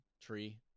tree